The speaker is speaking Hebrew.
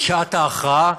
שעת ההכרעה.